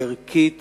ערכית